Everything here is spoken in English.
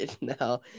now